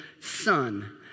son